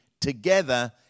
together